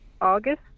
August